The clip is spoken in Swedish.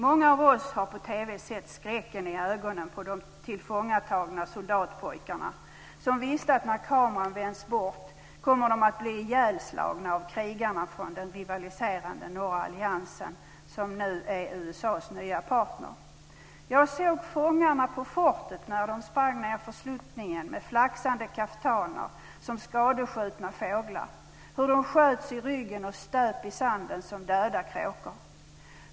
Många av oss har på TV sett skräcken i ögonen på de tillfångatagna soldatpojkarna, som visste att de, när kameran hade vänts bort, skulle bli ihjälslagna av krigarna från den rivaliserande norra alliansen, som nu är USA:s nya partner. Jag såg när fångarna på fortet sprang nedför sluttningen med flaxande kaftaner som skadeskjutna fåglar, hur de sköts i ryggen och stöp i sanden som döda kråkor.